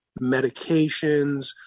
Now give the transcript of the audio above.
medications